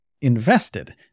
invested